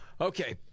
Okay